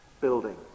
building